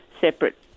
separate